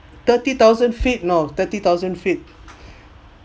thirty thousand feet know thirty thousand feet